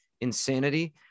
insanity